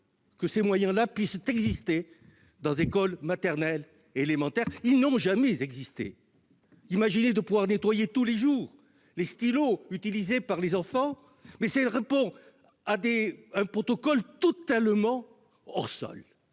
que ces moyens puissent exister dans les écoles maternelles et élémentaires. Ils n'ont jamais existé. Nettoyer, tous les jours, les stylos utilisés par les enfants répond à un protocole totalement hors sol,